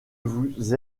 vous